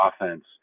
offense